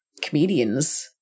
comedians